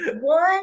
One